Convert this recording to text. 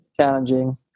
challenging